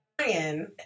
Ryan